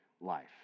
life